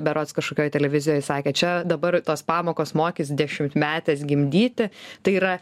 berods kažkokioj televizijoj sakė čia dabar tos pamokos mokys dešimtmetes gimdyti tai yra